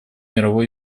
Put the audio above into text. мировой